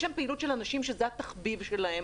יש שם פעילות של אנשים שזה התחביב שלהם